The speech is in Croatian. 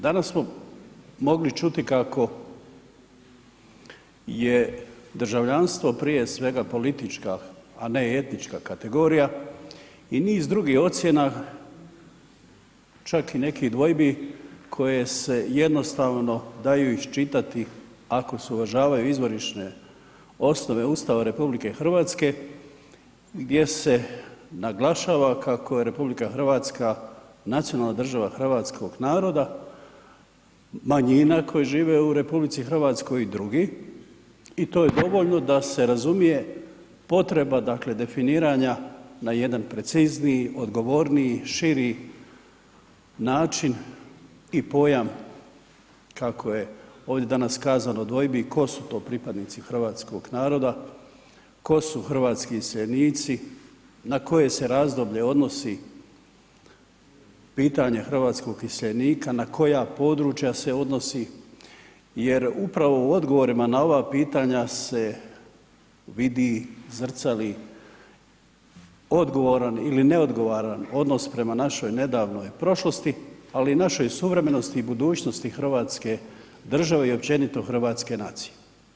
Danas smo mogli čuti kako je državljanstvo prije svega politička a ne etnička kategorija i niz drugih ocjena, čak i nekih dvojbi koje se jednostavno daju iščitati ako se uvažavaju izvorišne osnove Ustava RH gdje se naglašava kako je RH nacionalna država hrvatskog naroda, manjina koje žive u RH i drugih i to je dovoljno da se razumije potreba dakle definiranja na jedan precizniji, odgovorniji, širi način i pojam kako je ovdje kazano dvojbi, tko su to pripadnici hrvatskog naroda, tko su hrvatski iseljenici, na koje se razdoblje odnosi pitanje hrvatskog iseljenika, na koja područja se odnosi jer upravo u odgovorima na pitanja se vidi, zrcali odgovoran ili neodgovoran odnos prema našoj nedavnoj prošlosti ali i našoj suvremenosti i budućnosti hrvatske države i općenito hrvatske nacije.